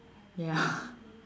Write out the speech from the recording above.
ya